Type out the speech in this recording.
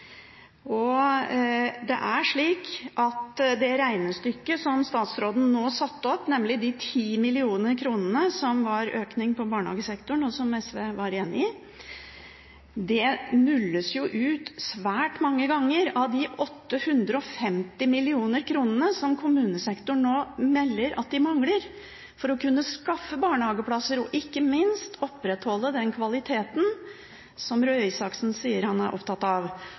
og som SV var enig i – jo nulles ut svært mange ganger av de 850 mill. kr som kommunesektoren nå melder at de mangler for å kunne skaffe barnehageplasser og ikke minst opprettholde den kvaliteten som Røe Isaksen sier at han er opptatt av.